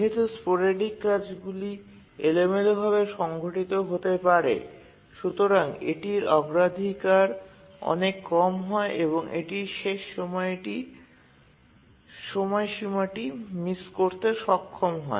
যেহেতু স্পোরেডিক কাজগুলি এলোমেলোভাবে সংঘটিত হতে পারে সুতরাং এটির অগ্রাধিকার অনেক কম হয় এবং এটি শেষ সময়সীমাটি মিস করতে সক্ষম হয়